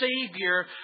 Savior